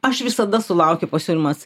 aš visada sulaukiu pasiūlymas